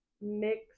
mix